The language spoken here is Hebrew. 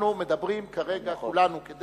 אנחנו כולנו מדברים כרגע כדי